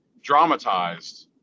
dramatized